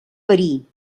verí